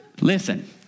Listen